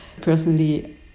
Personally